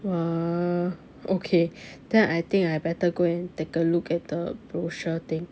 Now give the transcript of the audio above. !wah! okay then I think I better go and take a look at the brochure thing